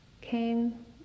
came